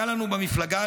היה לנו במפלגה,